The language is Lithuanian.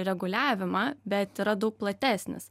reguliavimą bet yra daug platesnis